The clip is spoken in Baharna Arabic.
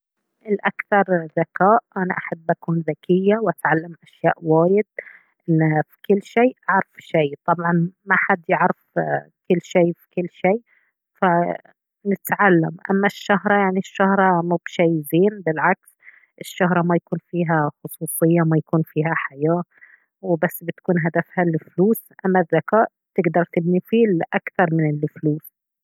الأكثر ذكاء أنا أحب أكون ذكية وأتعلم أشياء وايد انه في كل شي أعرف شي طبعاً محد يعرف كل شي في كل شي فنتعلم أما الشهرة يعني الشهرة مب شي زين بالعكس الشهرة ما يكون فيها خصوصية ما يكون فيها حياة وبس بتكون هدفها الفلوس أما الذكاء تقدر تبني فيه الي أكثر من الفلوس